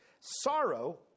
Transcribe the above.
sorrow